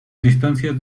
distancias